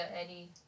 eddie